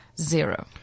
zero